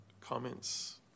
comments